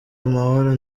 amahoro